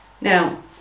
now